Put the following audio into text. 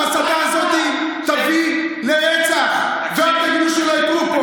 ההסתה הזאת תביא לרצח, ואל תגידו, שלא יטעו פה: